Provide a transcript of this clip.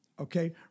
Okay